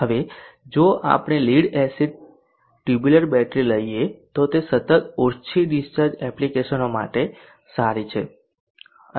હવે જો આપણે લીડ એસિડ ટ્યુબ્યુલર બેટરી લઈએ તો તે સતત ઓછી ડીસ્ચાર્જ એપ્લિકેશનો માટે સારી છે